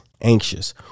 anxious